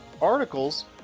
articles